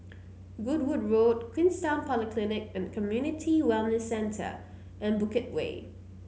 Goodwood Road Queenstown Polyclinic and Community Wellness Centre and Bukit Way